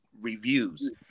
reviews